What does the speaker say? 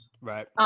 Right